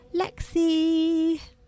Lexi